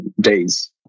days